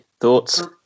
thoughts